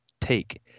take